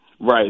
Right